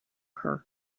her